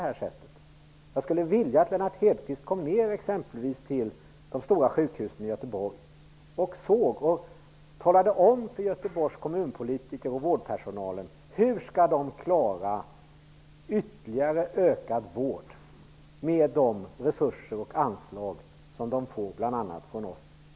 Han vill att Lennart Hedquist skall åka till de stora sjukhusen i Göteborg och tala om för Göteborgs kommunpolitiker och vårdpersonalen hur de skall klara ytterligare vårdbehov med de resurser och anslag som de får bl.a. genom riksdagsbeslut.